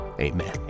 amen